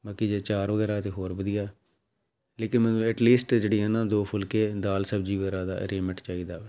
ਬਾਕੀ ਜੇ ਆਚਾਰ ਵਗੈਰਾ ਤਾਂ ਹੋਰ ਵਧੀਆ ਲੇਕਿਨ ਮੈਨੂੰ ਐਟਲੀਸਟ ਜਿਹੜੀ ਹੈ ਨਾ ਦੋ ਫੁਲਕੇ ਦਾਲ ਸਬਜ਼ੀ ਵਗੈਰਾ ਦਾ ਅਰੇਂਜਮੈਂਟ ਚਾਹੀਦਾ ਵੈ